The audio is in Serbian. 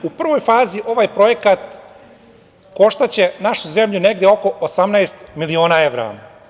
U prvoj fazi ovaj projekat koštaće našu zemlju negde oko 18 miliona evra.